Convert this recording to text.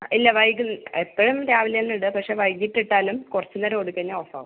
ഇല്ല വൈകും എപ്പോഴും രാവിലെയാണ് ഇടുക പക്ഷെ വൈകീട്ട് ഇട്ടാലും കുറച്ച് നേരം ഓടിക്കഴിഞ്ഞാൽ ഓഫ് ആവും